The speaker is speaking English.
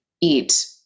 eat